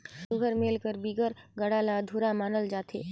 सुग्घर मेल कर बिगर गाड़ा ल अधुरा मानल जाथे